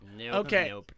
Okay